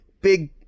big